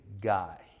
guy